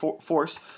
force